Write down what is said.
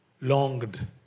longed